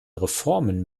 reformen